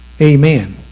amen